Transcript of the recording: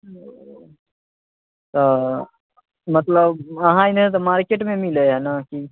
तऽ मतलब अहाँ एने तऽ मार्केटमे मिलै हय नहि कि